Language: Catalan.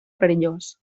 perillós